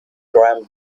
graham